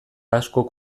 askok